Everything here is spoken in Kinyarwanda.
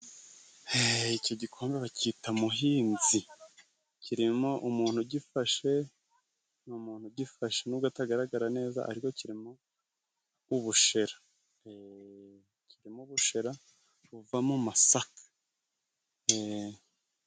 Iki gikome bacyita muhinzi. Kirimo umuntu ugifashe ni umuntu ugifashe nubwo atagaragara neza ariko kirimo ubushera, kirimo ubushera buva masaka.